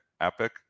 epic